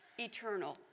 eternal